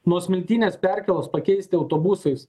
nuo smiltynės perkėlos pakeisti autobusais